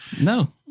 No